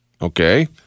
Okay